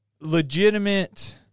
legitimate